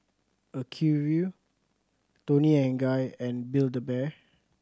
Acuvue Toni and Guy and Build A Bear